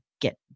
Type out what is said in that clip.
get